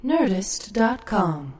Nerdist.com